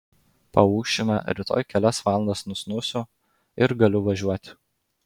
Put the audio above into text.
paūšime rytoj kelias valandas nusnūsiu ir galiu važiuoti